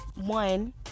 one